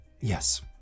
Yes